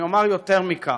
אני אומר יותר מכך,